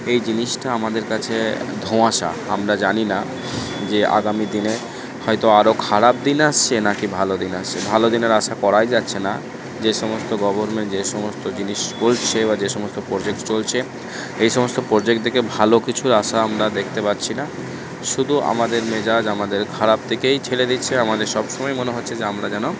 এই জিনিসটা আমাদের কাছে ধোঁয়াশা আমরা জানি না যে আগামীদিনে হয়তো আরও খারাপ দিন আসছে না কি ভালো দিন আসছে ভালো দিনের আশা করাই যাচ্ছে না যে সমস্ত গভর্নমেন্ট যে সমস্ত জিনিস বলছে বা যে সমস্ত প্রোজেক্ট চলছে এই সমস্ত প্রোজেক্ট দেখে ভালো কিছুর আশা আমরা দেখতে পাচ্ছি না শুধু আমাদের মেজাজ আমাদের খারাপ দিকেই ঠেলে দিচ্ছে আমাদের সব সময়েই মনে হচ্ছে যে আমরা যেন